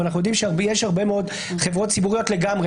אבל אנחנו יודעים שיש הרבה מאוד חברות ציבוריות לגמרי,